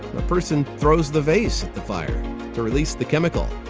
a person throws the vase at the fire to release the chemical.